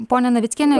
ponia navickiene